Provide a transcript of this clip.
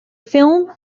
film